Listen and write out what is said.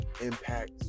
impact